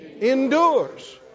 endures